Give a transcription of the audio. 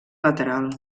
lateral